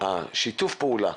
שיתוף הפעולה